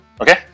Okay